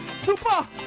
super